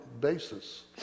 basis